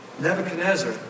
Nebuchadnezzar